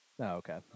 okay